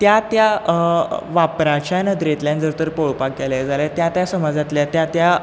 त्या त्या वापराच्या नदरेंतल्यान जर तर पळोवपाक गेले जाल्यार त्या त्या समाजांतले त्या त्या